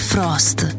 Frost